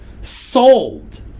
Sold